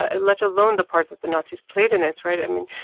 ah let alone the part that the nazis played in it, right? i mean,